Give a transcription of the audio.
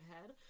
head